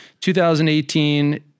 2018